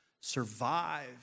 survive